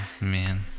man